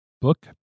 book